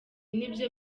nibyo